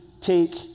take